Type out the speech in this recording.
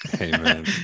Amen